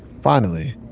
finally,